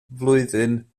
flwyddyn